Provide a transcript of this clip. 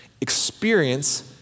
experience